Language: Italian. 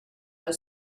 alla